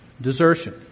desertion